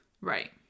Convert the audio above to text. right